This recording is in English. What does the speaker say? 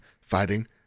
fighting